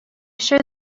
sure